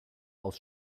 aus